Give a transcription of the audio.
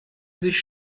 sich